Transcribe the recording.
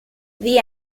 the